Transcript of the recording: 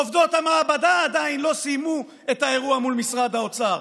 עובדות המעבדה עדיין לא סיימו את האירוע מול משרד האוצר.